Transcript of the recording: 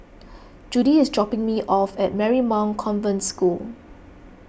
Judy is dropping me off at Marymount Convent School